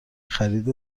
خرید